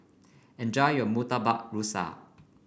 enjoy your Murtabak Rusa